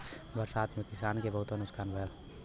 बरसात में किसान क बहुते नुकसान भयल